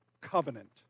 covenant